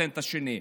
הפטנט השני,